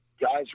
guys